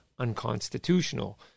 Unconstitutional